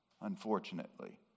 unfortunately